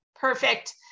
Perfect